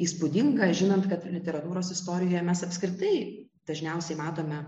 įspūdinga žinant kad literatūros istorijoje mes apskritai dažniausiai matome